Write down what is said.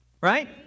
Right